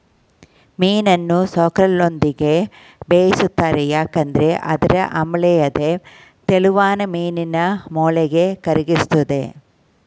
ಮೀನನ್ನು ಸೋರ್ರೆಲ್ನೊಂದಿಗೆ ಬೇಯಿಸ್ತಾರೆ ಏಕೆಂದ್ರೆ ಅದರ ಆಮ್ಲೀಯತೆ ತೆಳುವಾದ ಮೀನಿನ ಮೂಳೆನ ಕರಗಿಸ್ತದೆ